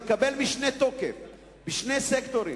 מקבל משנה תוקף בשני סקטורים: